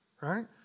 right